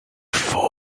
faut